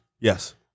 Yes